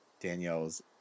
Danielle's